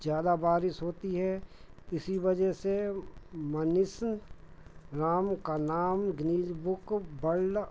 ज़्यादा बारिश होती है इसी वजह से मौसिनराम का नाम गिनीज बुक बल्ड